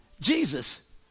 Jesus